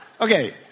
Okay